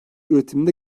üretiminde